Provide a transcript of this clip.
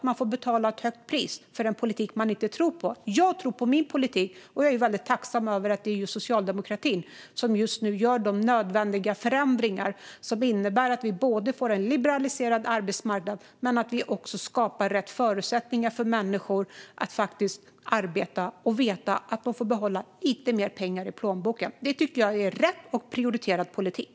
Man får betala ett högt pris för den politik man inte tror på. Jag tror på min politik, och jag är väldigt tacksam över att det är just socialdemokratin som nu gör de nödvändiga förändringar som innebär att vi både får en liberaliserad arbetsmarknad och skapar rätt förutsättningar för människor att arbeta och veta att de får behålla lite mer pengar i plånboken. Det tycker jag är rätt prioriterad politik.